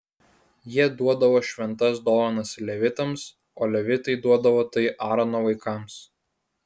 jie duodavo šventas dovanas levitams o levitai duodavo tai aarono vaikams